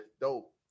dope